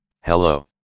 Hello